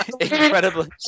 incredibly